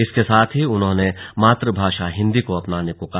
इसके साथ ही उन्होंने मातु भाषा हिंदी को अपनाने को कहा